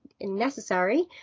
necessary